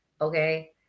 Okay